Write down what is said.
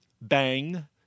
bang